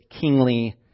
kingly